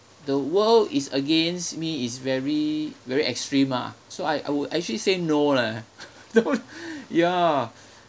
the world is against me is very very extreme ah so I I would actually say no leh no ya